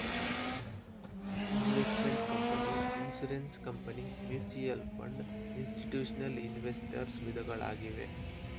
investment company, insurance company, mutual fund, institutional investors ವಿಧಗಳಾಗಿವೆ